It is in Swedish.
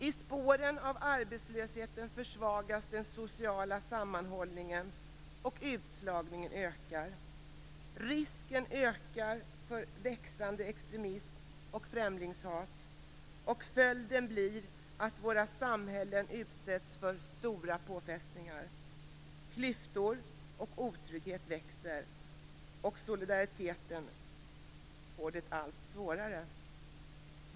I spåren av arbetslösheten försvagas den sociala sammanhållningen och utslagningen ökar. Risken ökar för växande extremism och främlingshat, och följden blir att våra samhällen utsätts för stora påfrestningar. Klyftor och otrygghet växer. Solidariteten får det allt svårare.